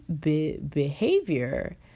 behavior